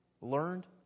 learned